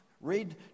Read